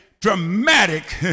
dramatic